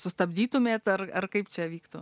sustabdytumėt ar ar kaip čia vyktų